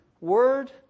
word